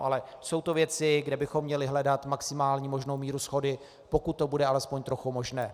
Ale jsou to věci, kde bychom měli hledat maximální možnou míru shody, pokud to bude alespoň trochu možné.